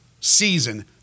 season